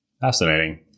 Fascinating